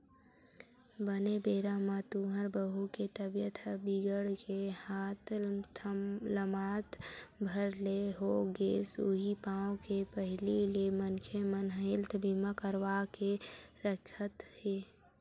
बने बेरा म तुँहर बहू के तबीयत ह बिगड़ गे हाथ लमात भर ले हो गेस उहीं पाय के पहिली ले मनखे मन हेल्थ बीमा करवा के रखत हे